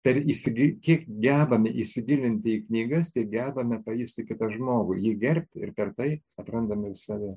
per įsigi kiek gebame įsigilinti į knygas tiek gebame pajusti kitą žmogų jį gerbti ir per tai atrandame save